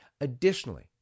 Additionally